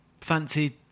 fancy